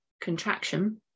contraction